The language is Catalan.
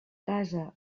casa